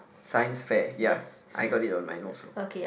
Science fair ya I got it on mine also